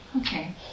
Okay